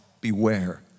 beware